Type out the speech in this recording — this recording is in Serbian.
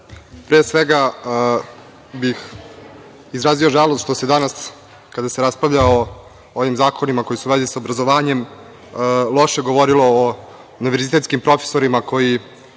ću. Pre svega bih izrazio žalost što se danas kada se raspravlja o ovim zakonima koji su u vezi sa obrazovanjem, loše govorilo o univerzitetskim profesorima koji